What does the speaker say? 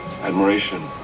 admiration